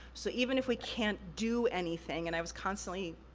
so, even if we can't do anything, and i was constantly,